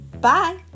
Bye